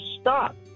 stop